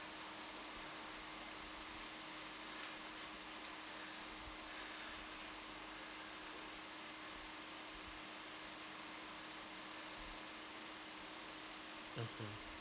mmhmm